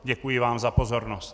Děkuji vám za pozornost.